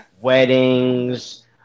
weddings